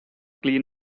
clean